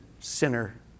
sinner